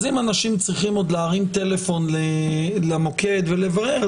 אז אם אנשים צריכים להרים טלפון למוקד ולברר,